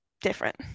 different